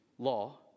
law